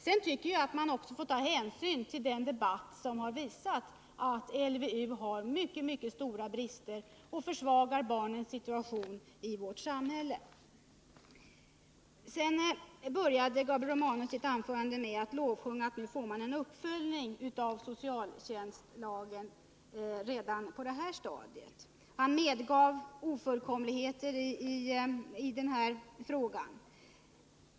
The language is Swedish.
Sedan tycker jag att man också får ta hänsyn till den debatt som har visat att LVU har mycket stora brister och försvagar barnens situation i vårt samhälle. Gabriel Romanus började sitt anförande med att lovsjunga att vi redan på det här stadiet får en uppföljning av socialtjänstlagen, och han medgav ofullkomligheter i det här förslaget.